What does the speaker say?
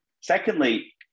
secondly